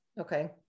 Okay